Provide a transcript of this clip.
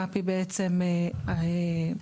מפ"י בעצם ציירה,